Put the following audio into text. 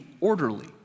orderly